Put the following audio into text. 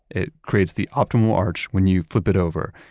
it creates the optimal arch when you flip it over.